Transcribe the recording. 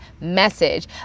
message